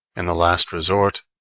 in the last resort,